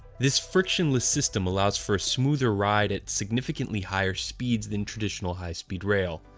this frictionless system allows for a smoother ride at significantly higher speeds than traditional high speed rail.